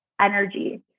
energy